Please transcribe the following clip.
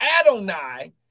Adonai